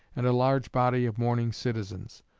and a large body of mourning citizens.